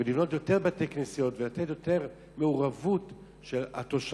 לבנות יותר בתי-כנסיות ולאפשר יותר מעורבות לתושבים,